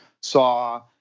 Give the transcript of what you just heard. saw